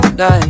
die